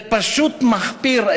זה פשוט מחפיר.